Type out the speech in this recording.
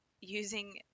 using